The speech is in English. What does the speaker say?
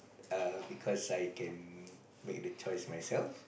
err because I can make the choice myself